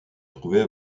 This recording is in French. trouvait